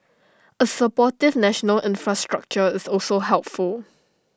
A supportive national infrastructure is also helpful